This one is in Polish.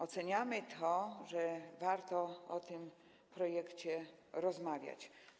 Oceniamy, że warto o tym projekcie rozmawiać.